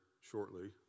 shortly